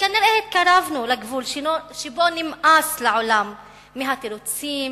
כנראה התקרבנו לגבול שבו נמאס לעולם מהתירוצים